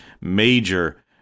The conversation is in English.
major